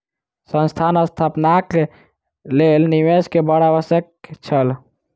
संस्थान स्थापनाक लेल निवेश के बड़ आवश्यक छल